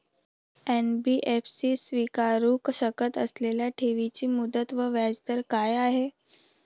NBFC स्वीकारु शकत असलेल्या ठेवीची मुदत व व्याजदर काय आहे?